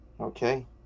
Okay